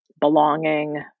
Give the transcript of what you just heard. belonging